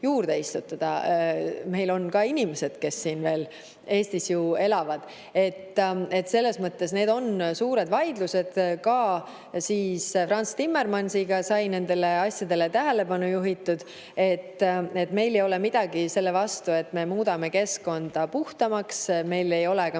juurde istutada. Meil on ju ka veel inimesed, kes siin Eestis elavad. Selles mõttes need on suured vaidlused. Ka Frans Timmermansiga kohtudes sai nendele asjadele tähelepanu juhitud [ja öeldud], et meil ei ole midagi selle vastu, et me muudame keskkonda puhtamaks. Meil ei ole